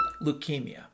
Leukemia